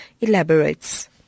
elaborates